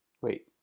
Wait